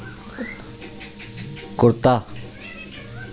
कुत्ता